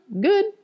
good